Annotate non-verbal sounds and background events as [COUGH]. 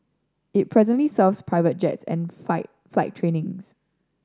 it presently serves private jets and [UNINTELLIGIBLE] flight trainings